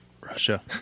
Russia